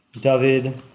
David